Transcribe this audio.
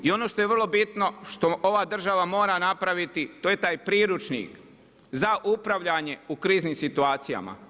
I ono što je vrlo bitno što ova država mora napraviti, to je taj priručnik za upravljanje u kriznim situacijama.